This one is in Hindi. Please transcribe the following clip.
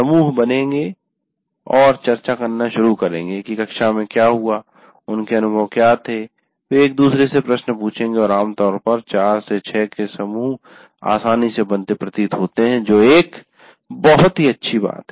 समूह बनेंगे और चर्चा करना शुरू करेंगे कि कक्षा में क्या हुआ है उनके अनुभव क्या थे वे एक दूसरे से प्रश्न पूछेंगे और आमतौर पर 4 6 के समूह आसानी से बनते प्रतीत होते हैं जो एक बहुत ही अच्छी बात है